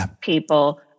people